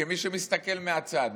כמי שמסתכל מהצד,